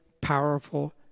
powerful